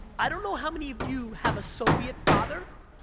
i don't know how many of you have a soviet father,